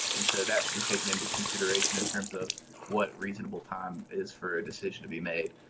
and so that should be taken into consideration in terms of what reasonable time is for a decision to be made.